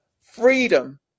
freedom